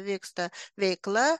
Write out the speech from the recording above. vyksta veikla